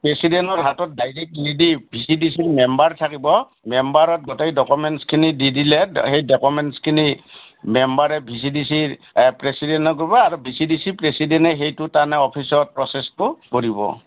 প্ৰেচিডেণ্টৰ হাতত ডাইৰেক্ট নিদি ভিচি ডিচিৰ মেম্বাৰ থাকিব মেম্বাৰক গোটেই ডকুমেণ্টছখিনি দি দিলে সেই ডকুমেণ্টছখিনি মেম্বাৰে ভিচি ডিচিৰ প্ৰেচিডেণ্টে কৰিব আৰু ভিচি ডিচি প্ৰেচিডেণ্টে সেইটো অফিচত প্ৰচেছটো কৰিব